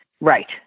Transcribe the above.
Right